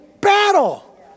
battle